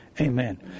Amen